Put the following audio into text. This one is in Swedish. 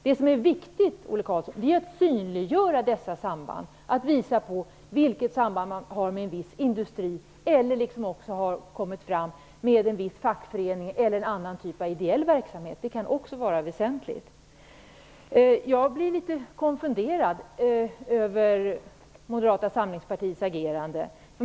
Det är viktigt, Ola Karlsson, att synliggöra dessa samband, att visa vilka samband man har med en viss industri eller, vilket också har berörts, med en viss fackförening eller annan typ av ideell verksamhet. Det kan också vara väsentligt. Jag blir litet konfunderad över Moderata samlingspartiets agerande.